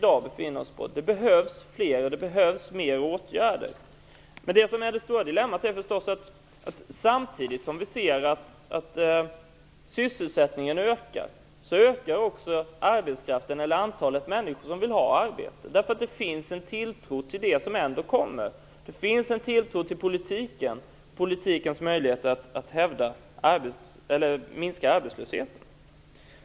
Det behövs fler åtgärder. Det stora dilemmat är förstås att samtidigt som vi ser att sysselsättningen ökar, så ökar också det antal människor som vill ha ett arbete. Det finns en tilltro till politiken och politikens möjligheter att minska arbetslösheten.